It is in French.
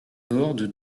horde